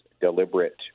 deliberate